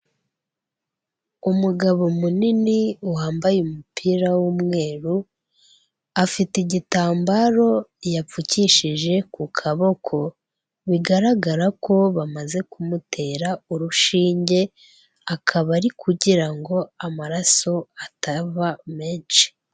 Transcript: Umugabo munini wambaye umupira w'umweru afite igitambaro yapfukishije ku kaboko, bigaragara ko bamaze kumutera urushinge akaba ari kugirango amaraso ataba menshi.